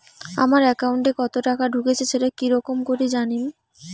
আমার একাউন্টে কতো টাকা ঢুকেছে সেটা কি রকম করি জানিম?